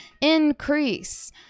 increase